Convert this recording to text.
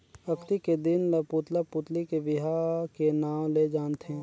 अक्ती के दिन ल पुतला पुतली के बिहा के नांव ले जानथें